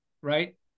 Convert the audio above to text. right